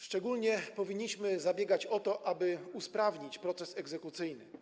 Szczególnie powinniśmy zabiegać o to, aby usprawnić proces egzekucyjny.